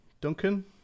Duncan